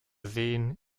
seen